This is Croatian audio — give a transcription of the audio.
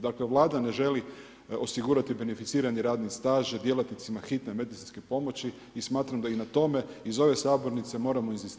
Dakle Vlada ne želi osigurati beneficirani radni staž djelatnicima hitne medicinske pomoći i smatram da i na tome, iz ove sabornice moramo inzistirati.